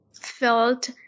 felt